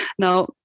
Now